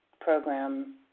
program